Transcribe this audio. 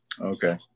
Okay